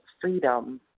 freedom